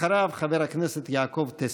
אחריו, חבר הכנסת יעקב טסלר.